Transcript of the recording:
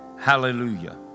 Hallelujah